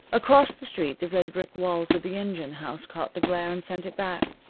across the street the red brick walls of the engine-house caught the glare and sent it back.